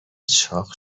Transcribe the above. چاق